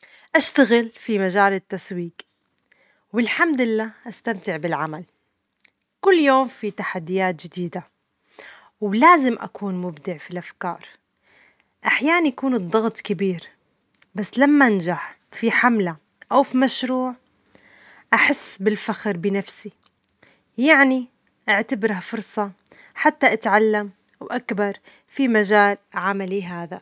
أشتغل في مجال التسويج، والحمد لله أستمتع بالعمل، كل يوم في تحديات جديدة ولازم أكون مبدع في الأفكار، أحيانا يكون الضغط كبير، بس لما أنجح في حملة أو في مشروع أحس بالفخر بنفسي، يعني أعتبرها فرصة حتى أتعلم وأكبر في مجال عملي هذا.